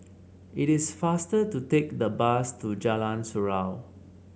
it is faster to take the bus to Jalan Surau